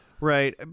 right